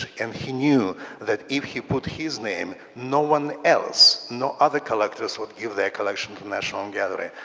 and he knew that if he put his name, no one else, no other collectors would give their collection to national and gallery.